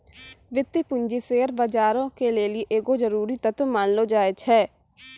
वित्तीय पूंजी शेयर बजारो के लेली एगो जरुरी तत्व मानलो जाय छै